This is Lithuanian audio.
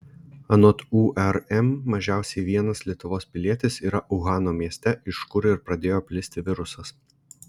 anot urm mažiausiai vienas lietuvos pilietis yra uhano mieste iš kur ir pradėjo plisti virusas